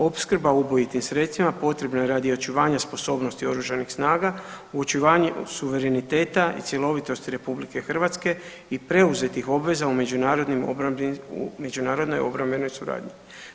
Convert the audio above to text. Opskrba ubojitim sredstvima potrebna je radi očuvanja sposobnosti oružanih snaga, u očuvanju suvereniteta i cjelovitosti RH i preuzetim obveza u međunarodnoj obrambenoj suradnji.